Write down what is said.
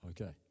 Okay